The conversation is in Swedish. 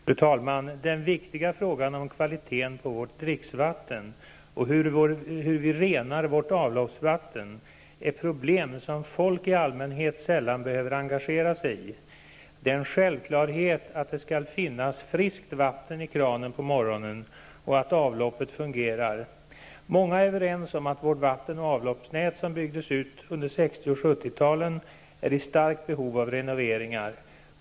Fru talman! Den viktiga frågan angående kvaliteten på vårt driksvatten och hur vi renar vårt avloppsvatten är problem som folk i allmänhet sällan behöver engagera sig i. Det är en självklarhet att det skall finnas friskt vatten i kranen på morgonen och att avloppet fungerar. Många är överens om att vårt vatten och avloppsnät som byggdes ut under 60 och 70-talen är i starkt behov av renovering.